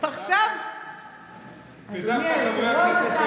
ודווקא חברי הכנסת של ש"ס,